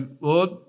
Lord